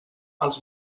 els